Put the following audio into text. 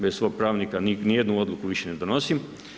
Bez svog pravnika, ni jednu odluku više ne donosim.